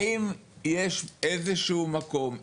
האם יש איזשהו מקום,